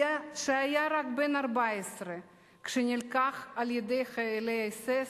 שהיה רק בן 14 כשנלקח על-ידי חיילי האס.אס.